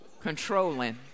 Controlling